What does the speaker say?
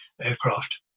aircraft